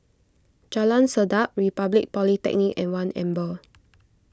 Jalan Sedap Republic Polytechnic and one Amber